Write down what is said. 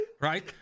right